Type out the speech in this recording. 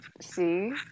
See